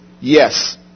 yes